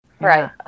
Right